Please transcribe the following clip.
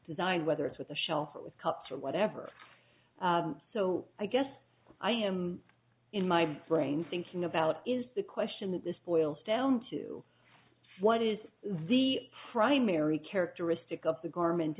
designed whether it's with a shelf with cups or whatever so i guess i am in my brain thinking about is the question that this boils down to what is the primary characteristic of the garment